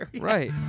Right